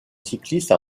cycliste